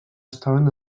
estaven